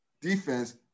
defense